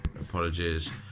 Apologies